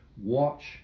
watch